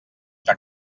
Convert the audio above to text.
que